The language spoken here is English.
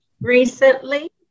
recently